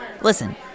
Listen